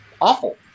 awful